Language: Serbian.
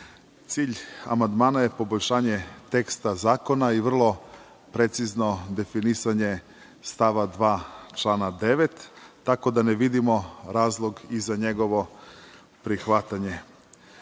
nije. Cilj amandmana je poboljšanje teksta zakona i vrlo precizno definisanje stava 2 člana 9, tako da ne vidimo razlog i za njegovo prihvatanje.